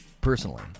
personally